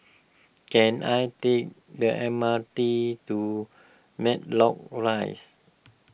can I take the M R T to Matlock Rise